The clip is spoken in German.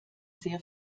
sehr